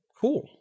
cool